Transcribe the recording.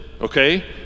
Okay